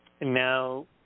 now